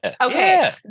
okay